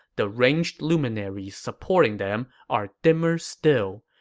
the ranged luminaries supporting them are dimmer still.